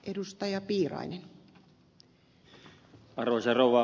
arvoisa rouva puhemies